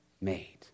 made